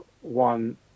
one